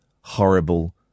horrible